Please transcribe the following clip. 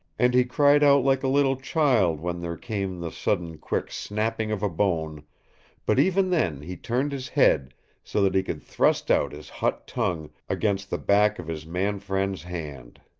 and he cried out like a little child when there came the sudden quick snapping of a bone but even then he turned his head so that he could thrust out his hot tongue against the back of his man-friend's hand.